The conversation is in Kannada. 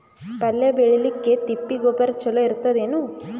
ಪಲ್ಯ ಬೇಳಿಲಿಕ್ಕೆ ತಿಪ್ಪಿ ಗೊಬ್ಬರ ಚಲೋ ಇರತದೇನು?